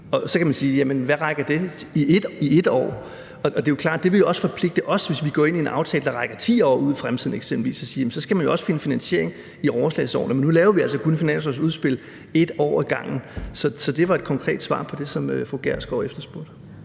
kr. Så kan man sige: Jamen hvad rækker det til i et år? Det er jo klart, at det også vil forpligte os, hvis vi går ind i en aftale, der rækker 10 år ud i fremtiden eksempelvis, for så skal vi jo også finde finansiering i overslagsårene. Men nu laver vi altså kun finanslovsudspil for et år ad gangen. Så det var et konkret svar på det, som fru Mette Gjerskov efterspurgte.